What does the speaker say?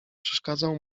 przeszkadzał